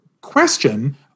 question